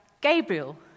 Gabriel